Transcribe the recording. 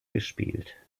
gespielt